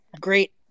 great